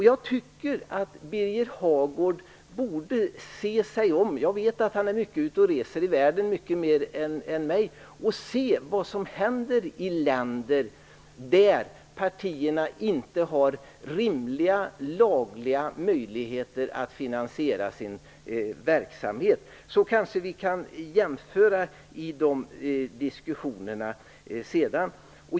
Jag tycker att Birger Hagård bör se sig om när han är ute i världen och reser, vilket jag vet att han gör mycket mer än jag, för att se vad som händer i länder där partierna inte har rimliga lagliga möjligheter att finansiera sin verksamhet. Då kanske vi kan göra jämförelser i diskussionerna sedan.